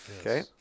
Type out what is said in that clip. Okay